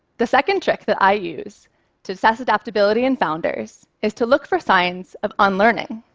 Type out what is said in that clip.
the second trick that i use to assess adaptability in founders is to look for signs of unlearning.